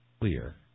clear